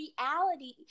reality